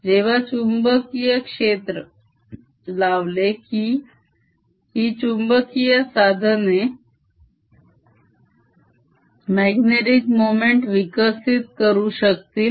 जेव्हा चुंबकीय क्षेत्र लावले कि हि चुंबकीय साधने magnetic मोमेंट विकसित करू शकतील